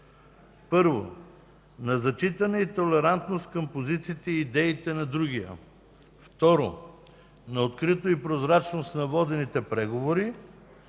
първо, на зачитане и толерантност към позициите и идеите на другия; второ, на откритост и прозрачност на водените преговори;